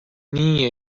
nii